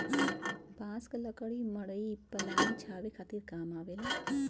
बांस क लकड़ी मड़ई पलानी छावे खातिर काम आवेला